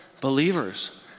believers